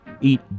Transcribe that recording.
eat